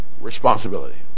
responsibility